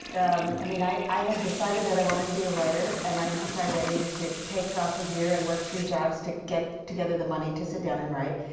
um i mean, i i had decided that i wanted to be a writer. and i had decided i needed to take off a year and work three jobs, to get together the money to sit down and write.